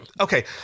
okay